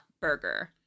Burger